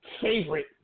Favorite